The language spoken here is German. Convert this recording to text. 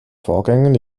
vorgängen